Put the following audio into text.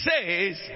says